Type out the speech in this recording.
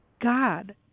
god